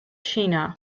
china